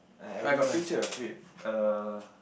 I got picture wait err